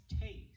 taste